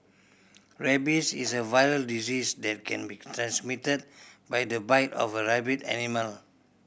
rabies is a viral disease that can be transmitted by the bite of a rabid animal